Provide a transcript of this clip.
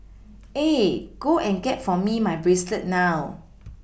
eh go and get for me my bracelet now